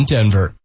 Denver